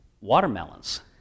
watermelons